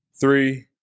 three